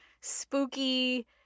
spooky